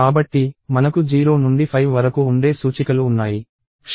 కాబట్టి మనకు 0 నుండి 5 వరకు ఉండే సూచికలు ఉన్నాయి